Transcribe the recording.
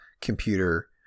computer